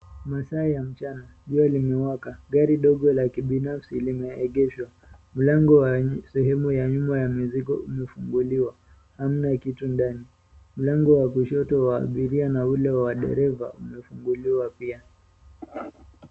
Masaa ya mchana, jua limewaka, gari dogo la kibinafsi limeegeshwa. Milango ya sehemu ya nyuma ya mizigo umefunguliwa, hamna kitu ndani, mlango wa kushoto wa abiria na ule wa dereva umefunguliwa pia.